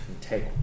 take